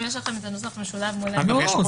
אם יש לכם את הנוסח המשולב מול העיניים.